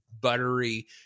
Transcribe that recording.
buttery